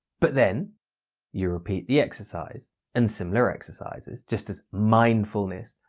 but then you repeat the exercise and similar exercises just as mindfulness,